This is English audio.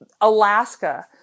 Alaska